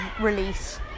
release